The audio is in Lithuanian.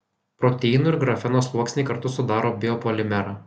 proteinų ir grafeno sluoksniai kartu sudaro biopolimerą